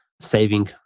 Saving